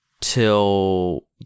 till